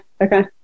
Okay